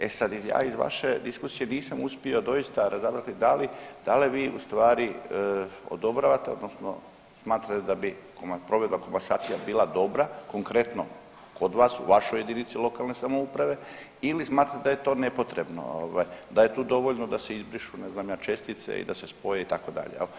E sad ja iz vaše diskusije nisam uspio doista razabrati da li, da li vi u stvari odobravate odnosno smatrate da bi provedba komasacije bila dobra konkretno kod vas u vašoj jedinici lokalne samouprave ili smatrate da je to nepotrebno ovaj da je tu dovoljno da se izbrišu ne znam ja čestice i da se spoje itd. jel.